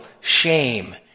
shame